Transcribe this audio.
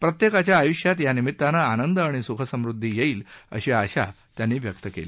प्रत्येकाच्या आयुष्यात या निमित्तानं आनंद आणि सुख समृद्धी येईल अशी आशा त्यांनी व्यक्त केली